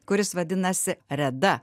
kuris vadinasi reda